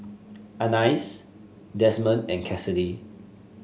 Anais Desmond and Cassidy